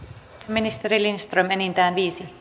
ministeri lindström enintään viisi